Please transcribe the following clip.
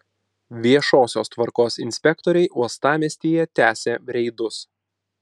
viešosios tvarkos inspektoriai uostamiestyje tęsia reidus